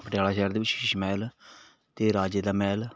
ਪਟਿਆਲਾ ਸ਼ਹਿਰ ਦੇ ਵਿੱਚ ਸ਼ੀਸ਼ ਮਹਿਲ ਅਤੇ ਰਾਜੇ ਦਾ ਮਹਿਲ